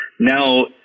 Now